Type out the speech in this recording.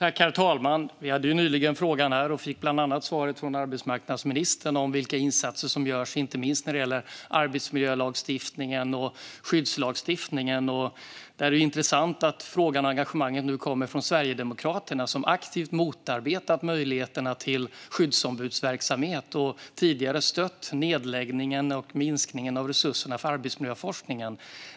Herr talman! Frågan ställdes nyligen här, och vi fick bland annat svar från arbetsmarknadsministern på vilka insatser som görs när det gäller arbetsmiljölagstiftningen och skyddslagstiftningen. Det är intressant att frågan och engagemanget nu kommer från Sverigedemokraterna, som aktivt motarbetat möjligheterna till skyddsombudsverksamhet och som tidigare stött nedläggningen av och minskningen av resurserna för arbetsmiljöforskningen.